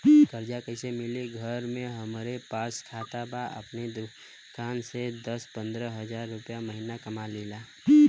कर्जा कैसे मिली घर में हमरे पास खाता बा आपन दुकानसे दस पंद्रह हज़ार रुपया महीना कमा लीला?